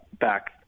back